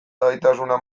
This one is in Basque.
gaitasuna